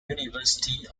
university